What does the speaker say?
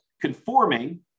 conforming